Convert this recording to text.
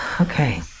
Okay